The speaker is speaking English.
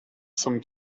some